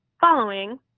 following